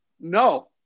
No